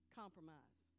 compromise